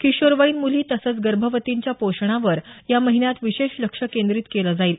किशोरवयीन मुली तसंच गर्भवतींच्या पोषणावर या महिन्यात विशेष लक्ष केंद्रीत केलं जाईल